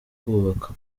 kubaka